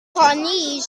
carnegie